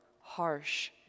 harsh